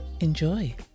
Enjoy